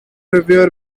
reviewer